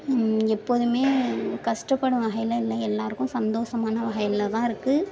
எப்போதும் கஷ்டப்படும் வகையில் இல்லை எல்லோருக்குமே சந்தோஷமான வகையில் தான் இருக்குது